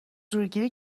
زورگیری